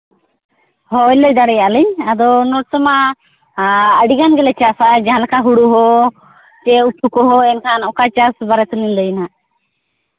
ᱦᱳᱭ ᱞᱟᱹᱭ ᱫᱟᱲᱮᱭᱟᱜ ᱟᱹᱞᱤᱧ ᱟᱫᱚ ᱱᱚᱛᱮ ᱢᱟ ᱟᱹᱰᱤᱜᱟᱱ ᱜᱮᱞᱮ ᱪᱟᱥᱼᱟ ᱡᱟᱦᱟᱸ ᱞᱮᱠᱟ ᱦᱳᱲᱳ ᱦᱚᱸ ᱥᱮ ᱩᱛᱩ ᱠᱚᱦᱚᱸ ᱮᱱᱠᱷᱟᱱ ᱚᱠᱟ ᱪᱟᱥ ᱵᱟᱨᱮ ᱛᱮᱞᱤᱧ ᱞᱟᱹᱭᱼᱟ ᱦᱟᱸᱜ